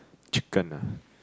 chicken ah